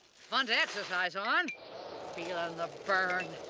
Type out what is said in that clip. fun to exercise on. feeling the burn.